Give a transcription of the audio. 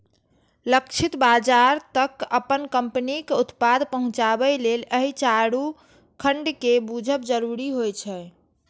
लक्षित बाजार तक अपन कंपनीक उत्पाद पहुंचाबे लेल एहि चारू खंड कें बूझब जरूरी होइ छै